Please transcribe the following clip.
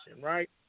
right